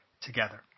together